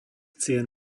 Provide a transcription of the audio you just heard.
cien